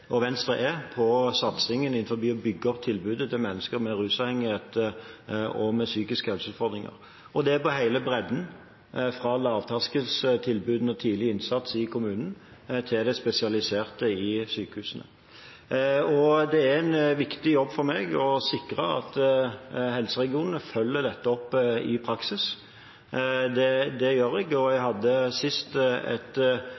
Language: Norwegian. satsingen på å bygge opp tilbudet til mennesker med rusavhengighet og med psykiske helseutfordringer. Det gjelder for hele bredden, fra lavterskeltilbudene og tidlig innsats i kommunen til de spesialiserte i sykehusene. Det er en viktig jobb for meg å sikre at helseregionene følger dette opp i praksis. Det gjør jeg, og jeg hadde sist et foretaksmøte med alle helseregionene denne uken, der nettopp oppfølgingen av den gylne regel var et